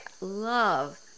love